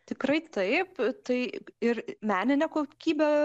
tikrai taip tai ir meninė kokybė